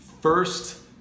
first